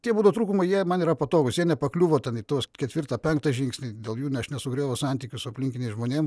tie būdo trūkumai jie man yra patogūs jie nepakliuvo ten į tuos ketvirtą penktą žingsnį dėl jų aš nesugriaus santykių su aplinkiniais žmonėm